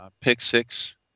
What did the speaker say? pick-six